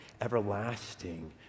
everlasting